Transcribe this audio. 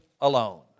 alone